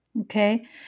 okay